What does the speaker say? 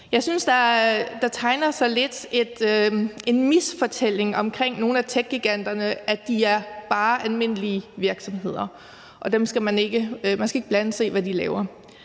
Jeg synes, at der lidt tegner sig en misfortælling om nogle af techgiganterne om, at de bare er almindelige virksomheder, og at man ikke skal blande sig i, hvad de laver.